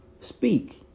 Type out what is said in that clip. speak